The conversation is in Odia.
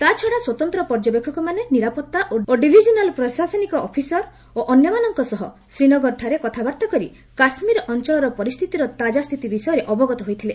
ତାଛଡା ସ୍ୱତନ୍ତ୍ର ପର୍ଯ୍ୟବେକ୍ଷକମାନେ ନିରାପତ୍ତା ଓ ଡିଭିଜିନାଲ ପ୍ରଶାସନିକ ଅଫିସର ଓ ଅନ୍ୟମାନଙ୍କ ସହ ଶ୍ରୀନଗରଠାରେ କଥାବାର୍ତ୍ତା କରି କାଶ୍ମୀର ଅଞ୍ଚଳର ପରିସ୍ଥିତିର ତାଜା ସ୍ଥିତି ବିଷୟରେ ଅବଗତ ହୋଇଥିଲେ